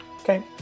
Okay